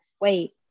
wait